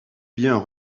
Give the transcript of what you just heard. bien